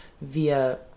via